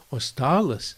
o stalas